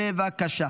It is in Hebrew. בבקשה.